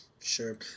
Sure